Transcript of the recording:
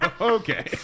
Okay